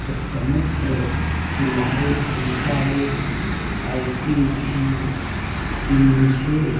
तो समुद्र की लहरें एकाएक ऐसी उठी कि मुझे